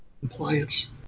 compliance